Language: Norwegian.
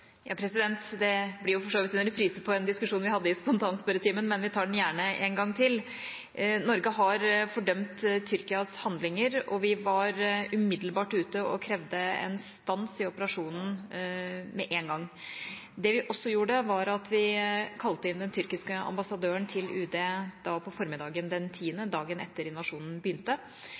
blir for så vidt en reprise på en diskusjon vi hadde i spontanspørretimen, men jeg tar den gjerne en gang til. Norge har fordømt Tyrkias handlinger, og vi var umiddelbart ute og krevde en stans i operasjonen. Det vi også gjorde, var at vi kalte inn den tyrkiske ambassadøren til UD om formiddagen den 10. oktober, dagen etter at invasjonen begynte.